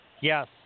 Yes